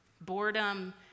boredom